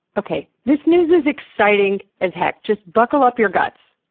okay. this news is exciting as heck. just buckle up your guts.